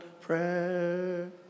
prayer